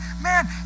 man